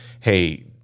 hey